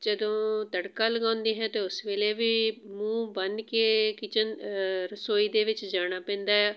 ਜਦੋਂ ਤੜਕਾ ਲਗਾਉਂਦੀ ਹੈ ਤਾਂ ਉਸ ਵੇਲੇ ਵੀ ਮੂੰਹ ਬੰਨ੍ਹ ਕੇ ਕਿਚਨ ਰਸੋਈ ਦੇ ਵਿੱਚ ਜਾਣਾ ਪੈਂਦਾ ਆ